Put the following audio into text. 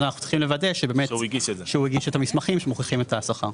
אז אנחנו צריכים לוודא שבאמת הוא הגיש את המסמכים שהמוכיחים את השכר.